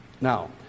Now